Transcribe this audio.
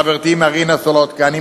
חברתי מרינה סולודקין,